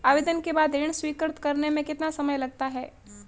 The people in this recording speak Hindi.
आवेदन के बाद ऋण स्वीकृत करने में कितना समय लगता है?